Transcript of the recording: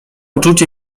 uczucie